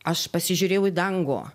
aš pasižiūrėjau į dangų